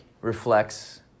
reflects